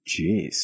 Jeez